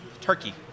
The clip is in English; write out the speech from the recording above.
turkey